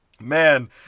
man